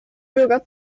bürger